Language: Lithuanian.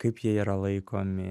kaip jie yra laikomi